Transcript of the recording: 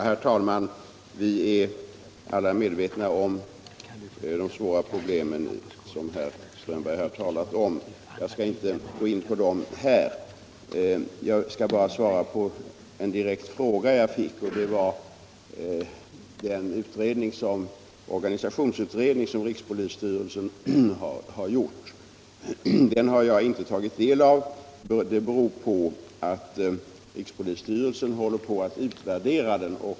Herr talman! Vi är alla medvetna om de svåra problem som herr Strömberg i Botkyrka talat om. Jag skall inte gå in på dem här. Jag skall bara svara på en direkt fråga som jag fick beträffande den organisationsutredning som rikspolisstyrelsen har gjort. Den utredningen har jag inte tagit del av, beroende på att rikspolisstyrelsen håller på att utvärdera den.